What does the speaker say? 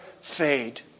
fade